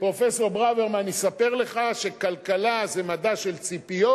פרופסור ברוורמן יספר לך שכלכלה זה מדע של ציפיות.